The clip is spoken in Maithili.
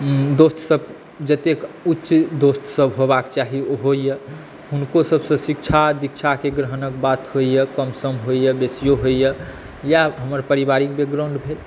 दोस्तसभ जतेक उच्च दोस्तसभ हेबाक चाही ओ होइया हुनको सभसे शिक्षा दीक्षाके ग्रहणके बात होइया कमसम होइया बेसी होइया इएह हमर पारिवारिक बैकग्राउंड भेल